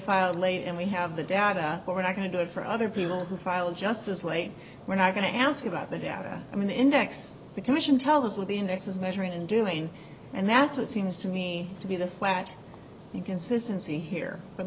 filed late and we have the data but we're not going to do it for other people who file just as late we're not going to ask you about the data i mean index the commission tell us what the index is measuring and doing and that's what seems to me to be the flat you consistency here but